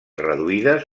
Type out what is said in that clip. reduïdes